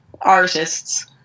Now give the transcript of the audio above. artists